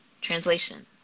translation